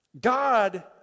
God